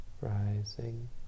Rising